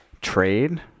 trade